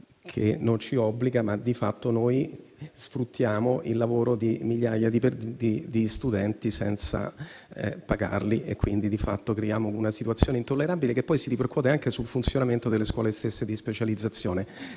che non ci obbliga, di fatto sfruttiamo il lavoro di migliaia di studenti senza pagarli creando una situazione intollerabile che poi si ripercuote anche sul funzionamento delle scuole stesse di specializzazione.